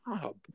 job